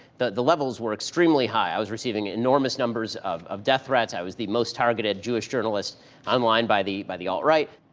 the the levels were extremely high. i was receiving enormous numbers of of death threats. i was the most targeted jewish journalist online by the by the alt-right.